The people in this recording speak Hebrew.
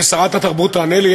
ושרת התרבות תענה לי?